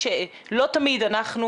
שהנתונים מעידים